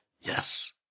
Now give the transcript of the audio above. yes